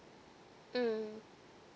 mm